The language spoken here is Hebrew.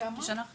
כשאנחנו